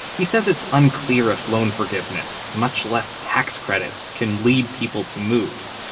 he said it's unclear if loan forgiveness, much less tax credits, can lead people to move.